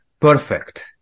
perfect